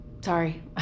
Sorry